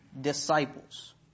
disciples